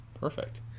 Perfect